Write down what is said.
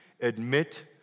Admit